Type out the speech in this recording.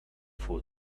for